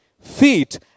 feet